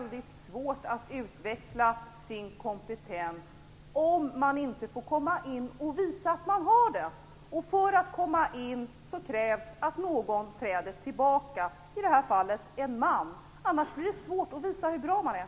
Herr talman! Det är ju faktiskt väldigt svårt att utveckla sin kompetens om man inte får komma in och visa vad man kan. För att komma in krävs det att någon träder tillbaka, i det här fallet en man. Annars blir det svårt att visa hur bra man är.